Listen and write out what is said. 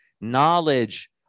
knowledge